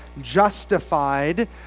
justified